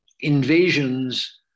invasions